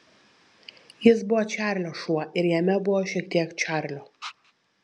jis buvo čarlio šuo ir jame buvo šiek tiek čarlio